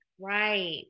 Right